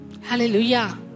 Hallelujah